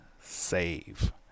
Save